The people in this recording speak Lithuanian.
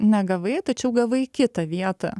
negavai tačiau gavai kitą vietą